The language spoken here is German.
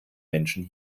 menschen